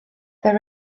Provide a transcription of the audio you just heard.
there